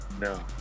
no